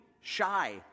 shy